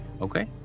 okay